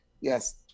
Yes